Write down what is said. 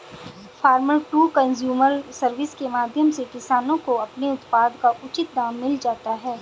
farmer to consumer service के माध्यम से किसानों को अपने उत्पाद का उचित दाम मिल जाता है